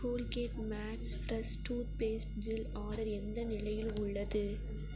Colgate Max fresh toothpaste gel order எந்த நிலையில் உள்ளது